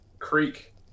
creek